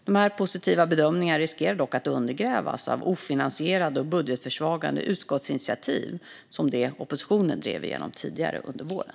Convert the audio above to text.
Dessa positiva bedömningar riskerar dock att undergrävas av ofinansierade och budgetförsvagande utskottsinitiativ, som det oppositionen drev igenom tidigare under våren.